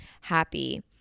happy